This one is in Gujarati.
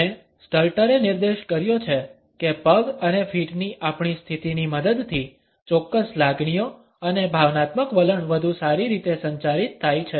અને સ્ટલ્ટરએ નિર્દેશ કર્યો છે કે પગ અને ફીટની આપણી સ્થિતિની મદદથી ચોક્કસ લાગણીઓ અને ભાવનાત્મક વલણ વધુ સારી રીતે સંચારિત થાય છે